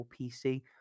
pc